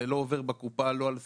זה לא עובר בקופה לא על סיגריות,